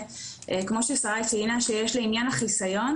כמו ששריי ציינה שיש לעניין החיסיון,